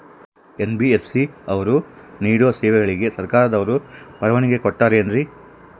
NBFC ಅವರು ನೇಡೋ ಸೇವೆಗಳಿಗೆ ಸರ್ಕಾರದವರು ಪರವಾನಗಿ ಕೊಟ್ಟಾರೇನ್ರಿ?